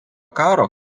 karo